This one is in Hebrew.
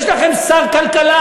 יש לכם שר כלכלה,